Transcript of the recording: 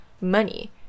money